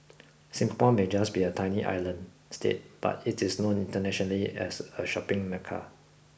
Singapore may just be a tiny island state but it is known internationally as a shopping mecca